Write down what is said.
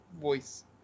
voice